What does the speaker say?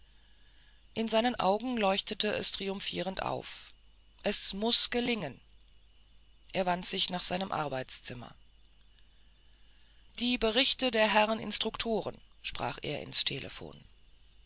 in seinen augen leuchtete es triumphierend auf es muß gelingen er wandte sich nach seinem arbeitszimmer die berichte der herren instruktoren sprach er ins telephon